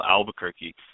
Albuquerque